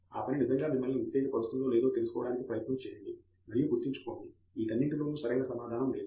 ఆ పని నిజంగా మిమ్మల్ని ఉత్తేజపరుస్తుందో లేదో తెలుసుకోవడానికి ప్రయత్నము చేయండి మరియు గుర్తుంచుకోండి వీటన్నింటిలోనూ సరైన సమాధానం లేదు